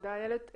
תודה איילת.